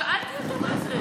שאלתי אותו מה זה.